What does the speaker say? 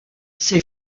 ces